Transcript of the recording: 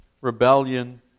rebellion